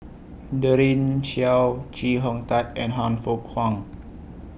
Daren Shiau Chee Hong Tat and Han Fook Kwang